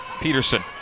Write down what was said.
Peterson